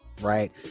right